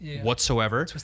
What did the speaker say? whatsoever